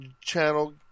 channel